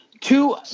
Two